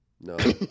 No